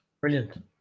Brilliant